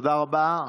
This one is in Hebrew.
אדוני היושב-ראש,